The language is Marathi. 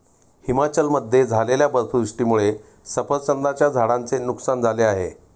हिमाचलमध्ये झालेल्या बर्फवृष्टीमुळे सफरचंदाच्या झाडांचे नुकसान झाले आहे